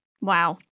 Wow